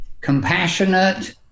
compassionate